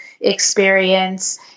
experience